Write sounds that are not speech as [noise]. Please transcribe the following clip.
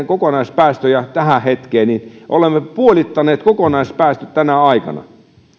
[unintelligible] kokonaispäästöjä tähän hetkeen niin olemme puolittaneet kokonaispäästöt tänä aikana